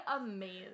amazing